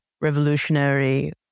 revolutionary